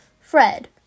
Fred